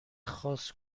خاص